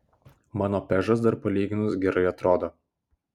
mano pežas dar palyginus gerai atrodo